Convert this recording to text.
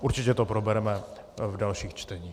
Určitě to probereme v dalších čteních.